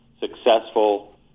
successful